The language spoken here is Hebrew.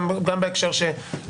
גם בהקשר שצוין קודם,